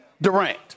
durant